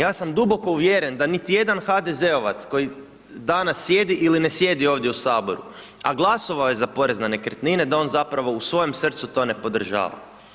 Ja sam duboko uvjeren da niti jedan HDZ-ovac koji danas sjedi ili ne sijedi ovdje u saboru, a glasovao je za porez na nekretnine, da on zapravo u svojem srcu to ne podržava.